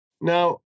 Now